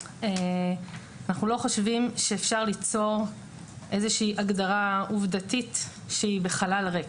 אנחנו לא חושבים שאפשר ליצור איזושהי הגדרה עובדתית שהיא בחלל ריק.